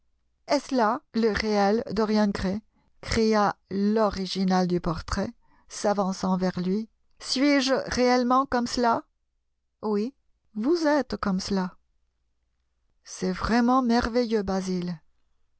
ce là le réel dorian gray p cria l'original du portrait s'avançant vers lui suis-je réellement comme cela p oui vous êtes comme cela c'est vraiment merveilleux basil